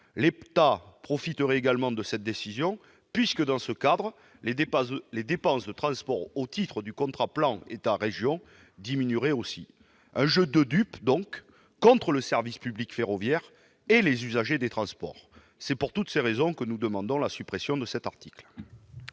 L'État profiterait également de cette décision, puisque les dépenses de transport au titre des contrats de plan État-région diminueraient aussi. Il s'agit donc d'un jeu de dupes contre le service public ferroviaire et les usagers des transports. Pour toutes ces raisons, nous demandons la suppression de cet article.